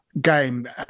game